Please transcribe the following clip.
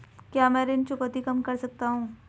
क्या मैं ऋण चुकौती कम कर सकता हूँ?